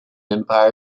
empire